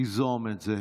תיזום את זה.